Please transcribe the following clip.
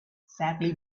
sadly